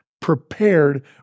prepared